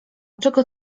czego